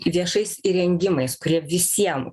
viešais įrengimais kurie visiem